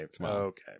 Okay